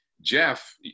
jeff